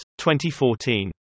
2014